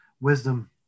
wisdom